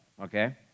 okay